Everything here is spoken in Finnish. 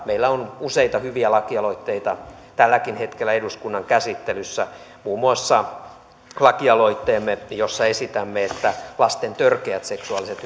meillä on useita hyviä lakialoitteita tälläkin hetkellä eduskunnan käsittelyssä muun muassa lakialoitteemme jossa esitämme että törkeät lasten seksuaaliset